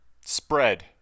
spread